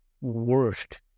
worst